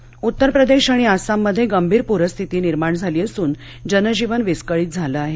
पाऊस उत्तर प्रदेश आणि आसाममध्ये गंभीर प्रस्थिती निर्माण झाली असून जनजीवन विस्कळीत झालं आहे